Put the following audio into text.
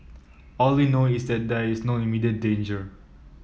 all we know is that there is no immediate danger